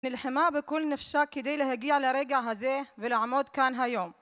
נלחמה בכל נפשה כדי להגיע לרגע הזה ולעמוד כאן היום.